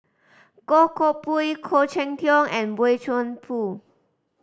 Goh Koh Pui Khoo Cheng Tiong and Boey Chuan Poh